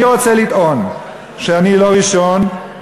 אני רוצה לטעון שאני לא ראשון,